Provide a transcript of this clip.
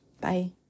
Bye